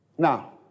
Now